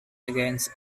against